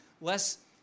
less